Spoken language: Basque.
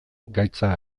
gaitza